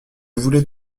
voulais